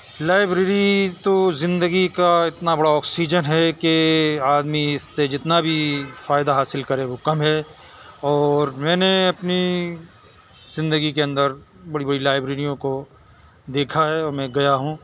library تو زندگی کا اتنا بڑا آکسیجن ہے کہ آدمی اس سے جتنا بھی فائدہ حاصل کرے وہ کم ہے اور میں نے اپنی زندگی کے اندر بڑی بڑی لائبریریوں کو دیکھا ہے اور میں گیا ہوں